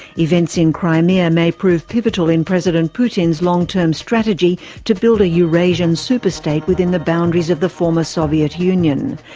events in crimea may prove pivotal in president putin's long-term strategy to build a eurasian superstate within the boundaries of the former soviet union.